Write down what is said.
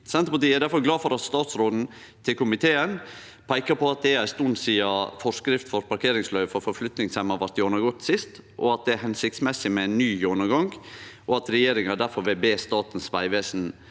Senterpartiet er difor glad for at statsråden til komiteen peikar på at det er ei stund sidan forskrifta om parkeringsløyve for forflyttingshemma blei gjennomgått sist, at det er føremålstenleg med ein ny gjennomgang, og at regjeringa difor vil be Statens vegvesen